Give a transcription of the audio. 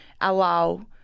allow